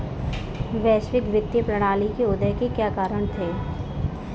वैश्विक वित्तीय प्रणाली के उदय के क्या कारण थे?